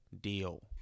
Deal